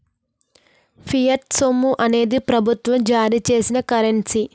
fiat సొమ్ము అనేది ప్రభుత్వం జారీ చేసిన కరెన్సీ